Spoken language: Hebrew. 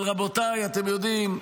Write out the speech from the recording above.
אבל רבותיי, אתם יודעים,